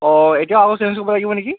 অ এতিয়া আৰু চেঞ্জ কৰিব লাগিব নেকি